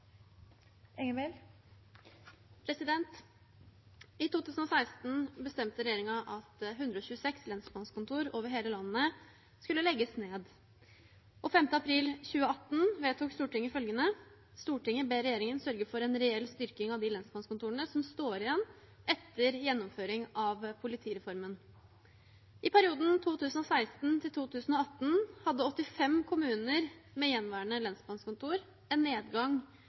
6. I 2016 bestemte regjeringen at 126 lensmannskontor over hele landet skulle legges ned, og 5. april 2018 vedtok Stortinget følgende: «Stortinget ber regjeringen sørge for en reell styrking av de lensmannskontorene som står igjen etter gjennomføringen av politireformen.» I perioden 2016 til 2018 hadde 85 kommuner med gjenværende lensmannskontor en nedgang